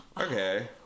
Okay